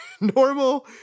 Normal